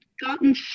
gotten